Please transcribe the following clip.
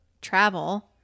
travel